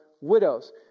widows